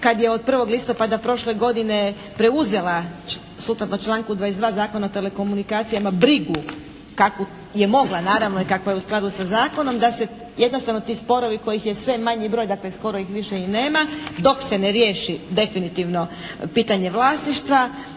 kad je od 1. listopada prošle godine preuzela sukladno članku 22. Zakona o telekomunikacijama brigu kakvu je mogla naravno i kakva je u skladu sa zakonom da se jednostavno ti sporovi kojih je sve manji broj, skoro ih više i nema, dok se ne riješi definitivno pitanje vlasništva,